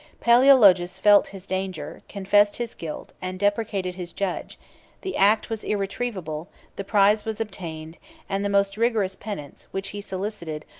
palaeologus felt his danger, confessed his guilt, and deprecated his judge the act was irretrievable the prize was obtained and the most rigorous penance, which he solicited,